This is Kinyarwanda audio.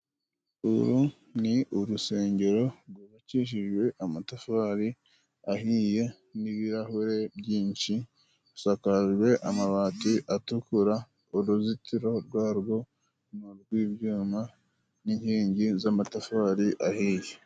Uru ni urusengero rwubakishijwe amatafari ahiye n'ibirahure byinshi，rusakajwe amabati atukura，uruzitiro gwarwo gw'ibyuma n'inkingi z'amatafari ahiye.